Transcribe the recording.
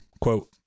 Quote